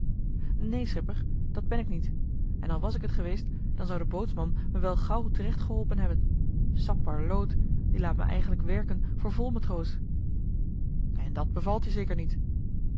neen schipper dat ben ik niet en al was ik het geweest dan zou de bootsman me wel gauw terecht geholpen hebben sapperloot die laat me eigenlijk werken voor vol matroos en dat bevalt je zeker niet